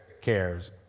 cares